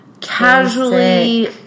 casually